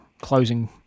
closing